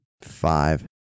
Five